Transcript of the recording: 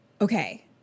Okay